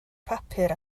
papur